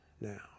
now